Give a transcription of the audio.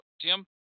Tim